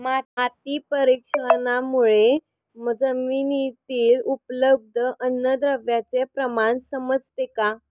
माती परीक्षणामुळे जमिनीतील उपलब्ध अन्नद्रव्यांचे प्रमाण समजते का?